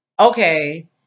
okay